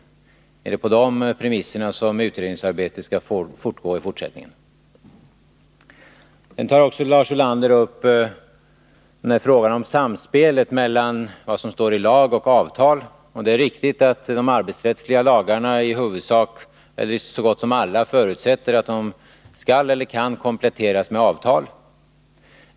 Är det på de premisserna som utredningsarbetet skall pågå i fortsättningen? Lars Ulander tar också upp frågan om samspelet mellan vad som står i lag och i avtal. Det är riktigt att man beträffande så gott som alla arbetsrättsliga lagar förutsätter att de kan eller skall kompletteras med avtal.